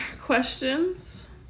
questions